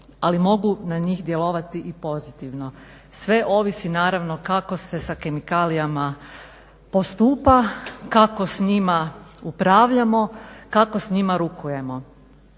ali mogu na njih djelovati i pozitivno. Sve ovisi naravno kako se sa kemikalijama postupa, kako sa njima upravljamo, kako sa njima rukujemo.